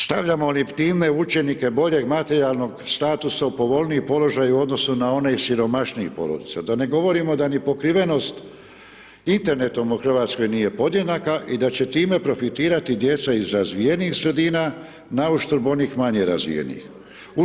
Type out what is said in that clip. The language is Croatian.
Stavljamo li time učenike boljeg materijalnog statusa u povoljniji položaj u odnosu na one iz siromašnijih …/nerazumljivo/… da ne govorimo da ni pokrivenost internetom u Hrvatskoj nije podjednaka i da će time profitirati djeca iz razvijenih sredina nauštrb onih manje razvijenih.